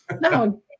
No